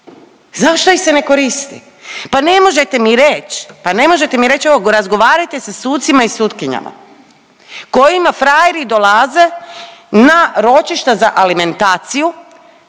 Pa ne možete mi reći, pa ne možete mi reć evo razgovarajte sa sucima i sutkinjama kojima frajeri dolaze na ročišta za alimentaciju